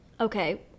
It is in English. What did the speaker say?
okay